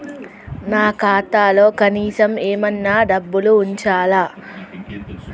నా ఖాతాలో కనీసం ఏమన్నా డబ్బులు ఉంచాలా?